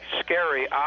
scary